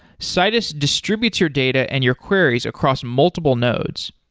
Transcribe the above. citus distributes your data and your queries across multiple nodes.